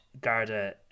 Garda